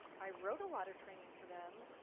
i wrote a lot of training for them.